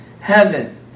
heaven